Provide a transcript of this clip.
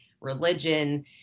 religion